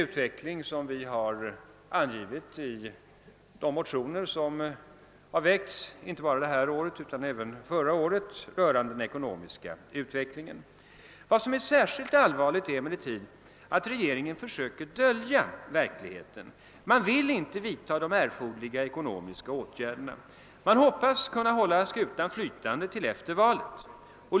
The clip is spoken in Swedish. Vi har i motioner inte bara i år utan även förra året gett vår syn på den väntade utvecklingen. Vad som däremot är allvarligt är att regeringen försöker dölja verkligheten. Man vill inte vidta de erforderliga ekonomiska åtgärderna. Man hoppas kunna hålla skutan flytande till efter valet.